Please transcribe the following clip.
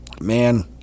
man